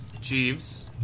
Jeeves